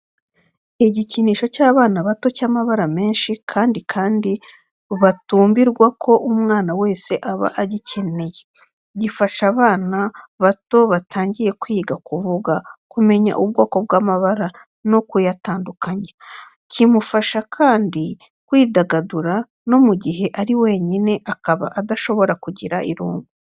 Igikinisho cy’abana bato cy'amabara menshi kandi kandi batubwira ko umwana wese aba agikeneye. Gifasha abana bato batangiye kwiga kuvuga, kumenya ubwoko bw'amabara no kuyatandukanya. Kimufasha kandi kwidagadura no mu gihe ari wenyine akaba adashobora kugira irungu.